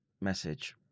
message